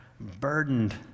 burdened